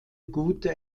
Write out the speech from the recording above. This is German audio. gute